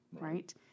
right